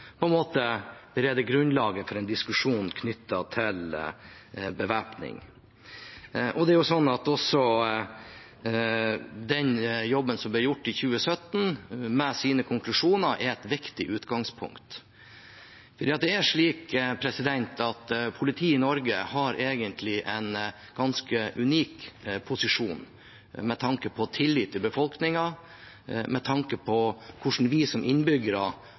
på en måte bereder grunnlaget for en diskusjon knyttet til bevæpning. Den jobben som ble gjort i 2017, med sine konklusjoner, er også et viktig utgangspunkt. Politiet i Norge har egentlig en ganske unik posisjon med tanke på tillit i befolkningen og hvordan vi som innbyggere